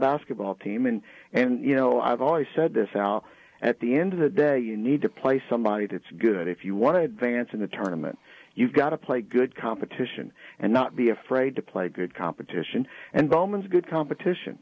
basketball team and and you know i've always said this out at the end of the day you need to play somebody that's good if you want to advance in the tournaments you've got to play good competition and not be afraid to play good competition and bowman's good competition